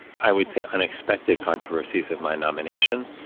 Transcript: i would say, unexpected controversies of my nomination.